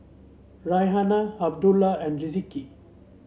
Raihana Abdullah and